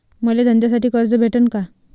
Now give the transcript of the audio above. मले धंद्यासाठी कर्ज भेटन का?